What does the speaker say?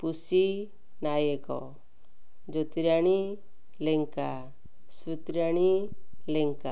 Pushi Nayak Jyotirani Lenka Srutirani Lenka